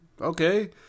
Okay